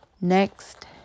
Next